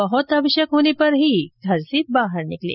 बहुत आवश्यक होने पर ही घर से बाहर निकलें